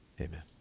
amen